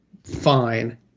Fine